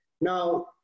now